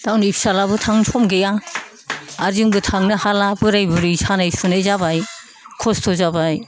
दा उन्दै फिसाज्लाबो थांनो सम गैया आरो जोंबो थांनो हाला बोराय बुरै सानाय सुनाय जाबाय खस्त' जाबाय